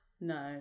No